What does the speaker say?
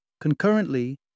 Concurrently